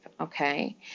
Okay